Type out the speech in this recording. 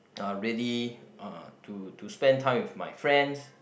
uh really uh to to spend time with my friends